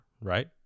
right